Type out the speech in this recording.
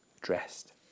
dressed